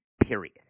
period